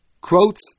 quotes